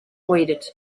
waited